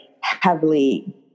heavily